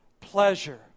pleasure